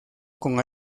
con